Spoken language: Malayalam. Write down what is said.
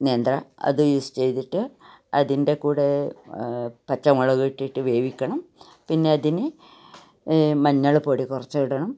നേന്ത്ര അത് യൂസ് ചെയ്തിട്ട് അതിൻ്റെ കൂടെ പച്ചമുളക് ഇട്ടിട്ട് വേവിക്കണം പിന്നെ അതിന് മഞ്ഞൾ പൊടി കുറച്ചിടണം